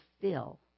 fill